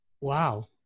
wow